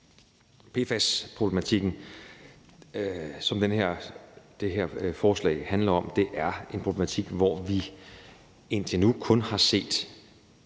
PFAS-problematikken, som det her forslag handler om, er en problematik, som vi indtil nu kun har set